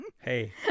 Hey